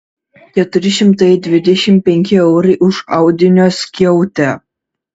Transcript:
keturi šimtai dvidešimt penki eurai už audinio skiautę